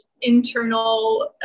internal